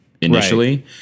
initially